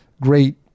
great